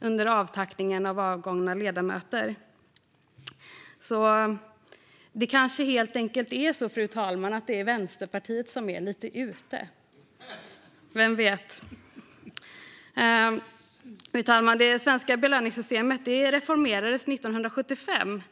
under avtackningen av avgångna ledamöter. Det kanske helt enkelt är så, fru talman, att det är Vänsterpartiet som är lite ute - vem vet. Fru talman! Det svenska belöningssystemet reformerades 1975.